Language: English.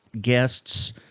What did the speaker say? guests